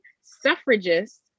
suffragists